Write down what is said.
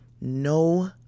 No